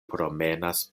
promenas